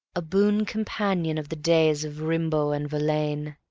a boon companion of the days of rimbaud and verlaine,